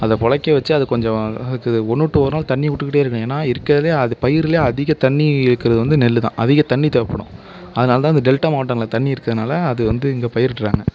அதை பிழைக்க வச்சு அது கொஞ்சம் அதுக்கு ஒன்னுவிட்டு ஒருநாள் தண்ணி விட்டுக்கிட்டே இருக்கணும் ஏன்னால் இருக்கறதுலியே அது பயிர்லியே அதிக தண்ணி இழுக்கிறது வந்து நெல்லுதான் அதிக தண்ணி தேவைப்படும் அதனால தான் இந்த டெல்டா மாவட்டங்களில் தண்ணி இருக்கறதுனால் அது வந்து இங்கே பயிரிடுகிறாங்க